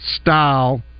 Style